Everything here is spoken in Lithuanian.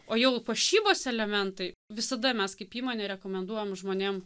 o jau puošybos elementai visada mes kaip įmonė rekomenduojam žmonėm